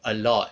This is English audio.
a lot